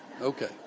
Okay